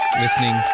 listening